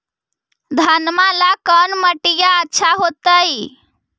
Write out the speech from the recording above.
घनमा ला कौन मिट्टियां अच्छा होतई?